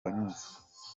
wanyuze